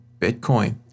bitcoin